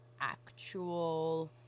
actual